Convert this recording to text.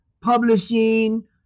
publishing